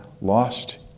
lost